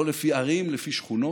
לא לפי ערים, לפי שכונות,